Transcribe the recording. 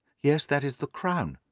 yes, that is the crown.